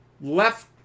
left